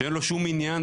שאין לו שום עניין.